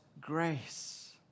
grace